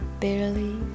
barely